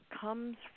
comes